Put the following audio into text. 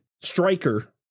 striker